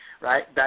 right